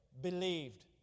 believed